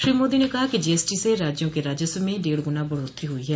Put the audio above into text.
श्री मोदी ने कहा कि जीएसटी से राज्यों के राजस्व में डेढ़ गुना बढ़ोत्तरी हुई है